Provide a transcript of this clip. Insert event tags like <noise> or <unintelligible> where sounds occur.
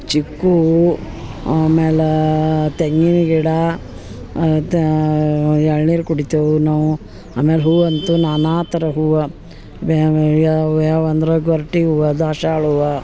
ಚಿಕ್ಕು ಆಮೇಲೆ ತೆಂಗಿನ ಗಿಡ <unintelligible> ಎಳ್ನೀರು ಕುಡಿತೇವೆ ನಾವು ಆಮೇಲೆ ಹೂ ಅಂತೂ ನಾನಾ ಥರ ಹೂವು ಯಾವ ಯಾವ ಅಂದ್ರೆ ಗೊರ್ಟೆ ಹೂವು ದಾಸ್ವಾಳ್ ಹೂವಾ